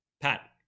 Pat